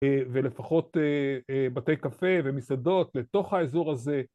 ולפחות בתי קפה ומסעדות לתוך האזור הזה.